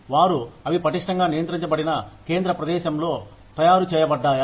వారు అవి పటిష్టంగా నియంత్రించబడిన కేంద్ర ప్రదేశంలో తయారు చేయబడ్డాయా